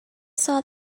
saw